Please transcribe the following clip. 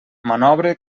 manobre